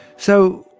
so,